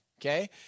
Okay